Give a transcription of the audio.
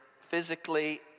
physically